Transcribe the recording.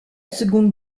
seconde